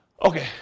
Okay